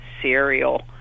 Cereal